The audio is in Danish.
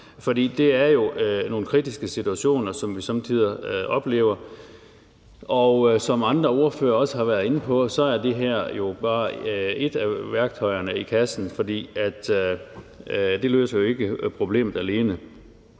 for det er jo nogle kritiske situationer, som vi somme tider oplever. Som andre ordførere også har været inde på, er det her bare ét af værktøjerne i kassen, for det løser jo ikke problemet alene.